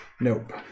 Nope